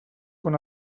quan